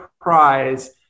prize